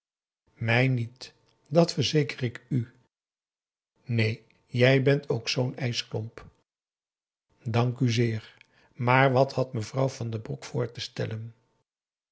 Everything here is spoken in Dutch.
mij niet dat verzeker ik u neen jij bent ook zoo'n ijsklomp dank u zeer maar wat had mevrouw van den broek voor te stellen